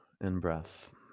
in-breath